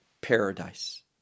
paradise